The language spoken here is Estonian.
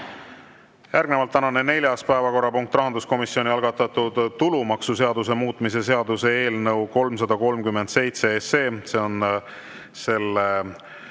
Järgnevalt tänane neljas päevakorrapunkt: rahanduskomisjoni algatatud tulumaksuseaduse muutmise seaduse eelnõu 337. See on selle